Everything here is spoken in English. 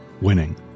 winning